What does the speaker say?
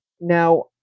Now